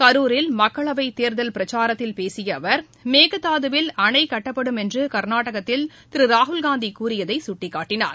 கரூரில் மக்களவைத் தேர்தல் பிரச்சாரத்தில் பேசியஅவர் மேகதாதுவில் அணைகட்டப்படும் என்றுகர்நாடகத்தில் திருராகுல்காந்திகூறியதைசுட்டிக்காட்டினார்